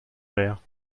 mère